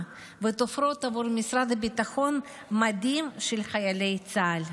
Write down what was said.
ותופרות עבור משרד הביטחון מדים של חיילי צה"ל.